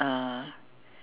uh